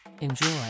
enjoy